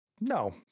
No